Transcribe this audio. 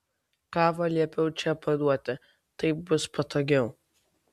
kavą liepiau čia paduoti taip bus patogiau